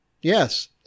Yes